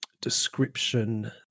description